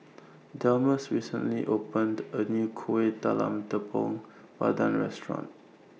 Delmus recently opened A New Kueh Talam Tepong Pandan Restaurant